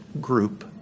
group